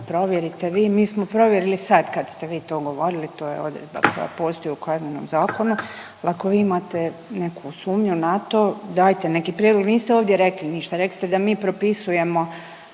provjerite vi. Mi smo provjerili sad kad ste vi to govorili. To je odredba koja postoji u Kaznenom zakonu. Ako vi imate neku sumnju na to dajte neki prijedlog, niste ovdje rekli ništa. Rekli ste da mi propisujemo